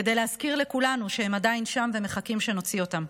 כדי להזכיר לכולנו שהם עדיין שם ומחכים שנוציא אותם.